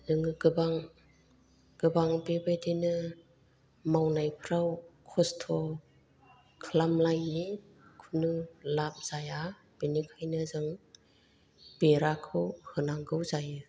जोङो गोबां गोबां बेबायदिनो मावनायफ्राव खस्थ खालामलायो खुनु लाब जाया बिनिखायनो जों बेराखौ होनांगौ जायो